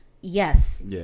yes